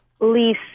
lease